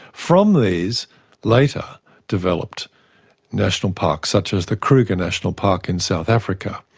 from these later developed national parks such as the kruger national park in south africa.